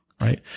Right